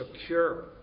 secure